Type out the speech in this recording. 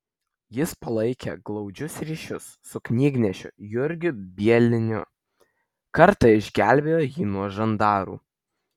jis palaikė glaudžius ryšius su knygnešiu jurgiu bieliniu kartą išgelbėjo jį nuo žandaru